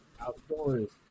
outdoors